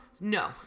No